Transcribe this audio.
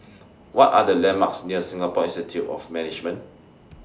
What Are The landmarks near Singapore Institute of Management